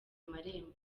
amarembo